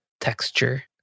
texture